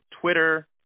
Twitter